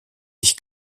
ich